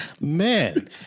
Man